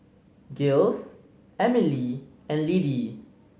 Giles Emilee and Lidie